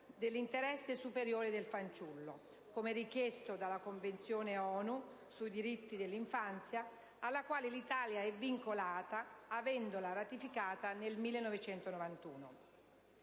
dell'interesse superiore del fanciullo, come richiesto dalla Convenzione ONU sui diritti dell'infanzia alla quale l'Italia è vincolata, avendola ratificata nel 1991.